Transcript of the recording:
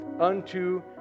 unto